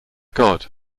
god